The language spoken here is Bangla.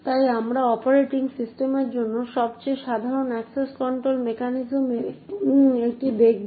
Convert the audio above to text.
তাই আমরা অপারেটিং সিস্টেমের জন্য সবচেয়ে সাধারণ অ্যাক্সেস কন্ট্রোল মেকানিজমের একটি দেখব